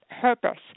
purpose